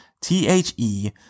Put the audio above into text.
T-H-E